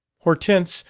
hortense,